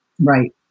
Right